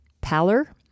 pallor